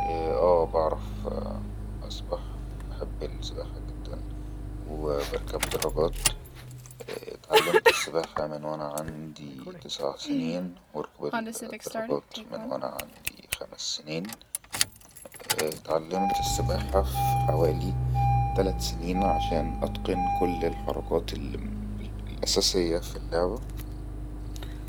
اه بعرف اصبح محب السباحة جدنن و بركب دراجات اتعلمت السباحة من ونا عندي تسع سنين والدرجات من ونا عندي خمس سنين تعلمت السباحة فحوالي تلت سنين عشان اطقن كل الحركات الاساسية في اللعبة